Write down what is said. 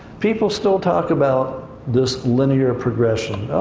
people still talk about this linear progression.